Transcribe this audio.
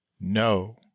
No